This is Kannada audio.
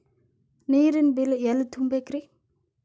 ನೇರಿನ ಬಿಲ್ ಎಲ್ಲ ತುಂಬೇಕ್ರಿ?